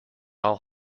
i’ll